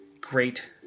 great